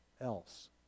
else